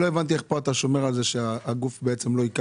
לא הבנתי איך אתה מונע מהגוף לקחת.